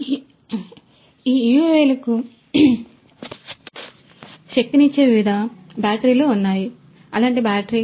కాబట్టి ఈ యుఎవిలకు శక్తినిచ్చే వివిధ బ్యాటరీలు ఉన్నాయి ఇది అలాంటి బ్యాటరీ